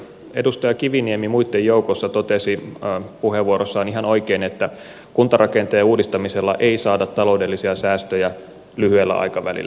edustaja kiviniemi muitten joukossa totesi puheenvuorossaan ihan oikein että kuntarakenteen uudistamisella ei saada taloudellisia säästöjä lyhyellä aikavälillä